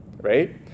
right